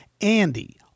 Andy